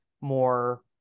more